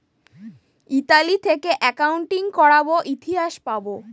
Italy থেকে accounting করাবো ইতিহাস পাবো